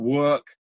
work